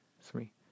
three